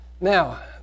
Now